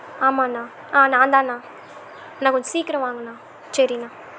ஆமாண்ணா ஆ நான் தாண்ணா அண்ணா கொஞ்சம் சீக்கிரம் வாங்கண்ணா சரிண்ணா